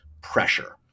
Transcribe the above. pressure